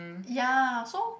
ya so